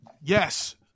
Yes